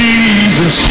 Jesus